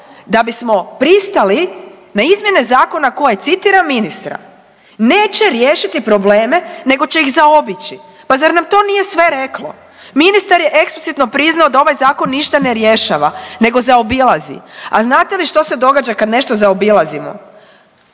da bismo pristali na izmjene zakona koje citiram ministra, neće riješiti probleme nego će ih zaobići. Pa zar nam to nije sve reklo? Ministar je eksplicitno priznao da ovaj zakon ništa ne rješava nego zaobilazi. A znate li što se događa kad nešto zaobilazimo?